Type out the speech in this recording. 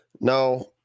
no